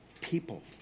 people